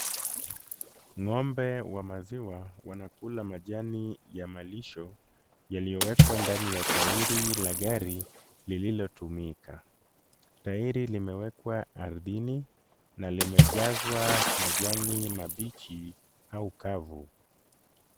Ng'ombe wa maziwa wanakula majani ya malisho yaliyowekwa ndani ya tairi la gari lililotumika. Tairi limewekwa ardhini na limejazwa majani mabichi au kavu.